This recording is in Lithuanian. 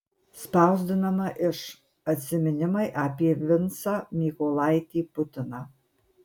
spausdinama iš atsiminimai apie vincą mykolaitį putiną